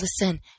listen